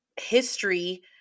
history